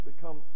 become